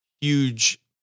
huge